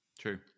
True